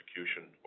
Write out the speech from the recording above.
execution